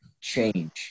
change